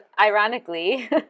ironically